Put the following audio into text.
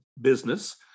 business